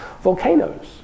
Volcanoes